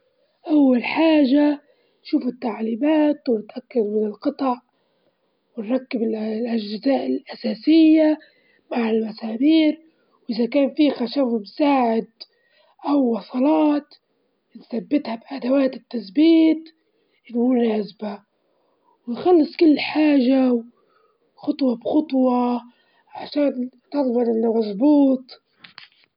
أول حاجة حط كريم تجيلة مع سكر وفانيليا لين تصير تجيلة، وبعدين نضيف عليها حليب مكثف محلي ونحرك المكونات مع بعضهن ونحط الخليط في وعاء ونغطيه بأدوات الآيس كريم ونحطه في الفريز لمدة من أربع ساعات لتسع ساعات.